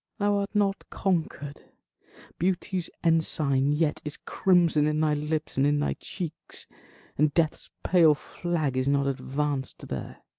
thou art not conquer'd beauty's ensign yet is crimson in thy lips and in thy cheeks and death's pale flag is not advanced there